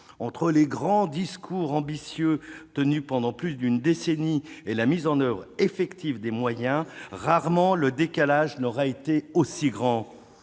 Entre les grands discours ambitieux tenus pendant plus d'une décennie et la mise en oeuvre effective des moyens, rarement le décalage n'aura été si grand.